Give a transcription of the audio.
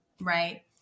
right